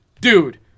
dude